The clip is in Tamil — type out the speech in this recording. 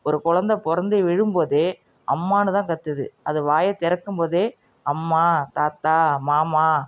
ஒரு குழந்த பிறந்து எழும்போதே அம்மானுதான் கத்துது அது வாயை திறக்கும்போதே அம்மா தாத்தா மாமா